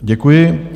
Děkuji.